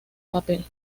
papel